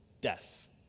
Death